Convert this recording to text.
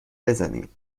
بزنیم